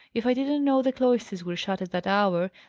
if i didn't know the cloisters were shut at that hour,